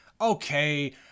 okay